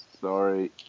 sorry